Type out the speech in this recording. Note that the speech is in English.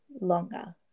longer